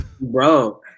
Bro